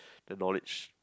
the knowledge